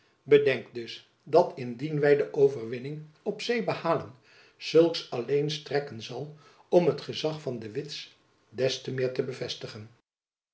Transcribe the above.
bedenk dus dat indien wy de overwinning op zee behalen zulks alleen strekken zal om het gezach van de witt des te meer te bevestigen